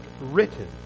written